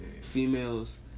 females